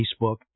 Facebook